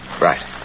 Right